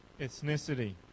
ethnicity